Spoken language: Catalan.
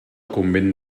convent